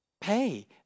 Pay